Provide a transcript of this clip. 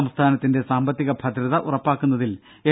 സംസ്ഥാനത്തിന്റെ സാമ്പത്തിക ഭദ്രത ഉറപ്പാക്കുന്നതിൽ എൽ